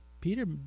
Peter